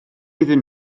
iddyn